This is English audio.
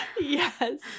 Yes